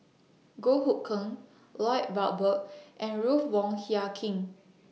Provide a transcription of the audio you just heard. Goh Hood Keng Lloyd Valberg and Ruth Wong Hie King